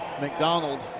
McDonald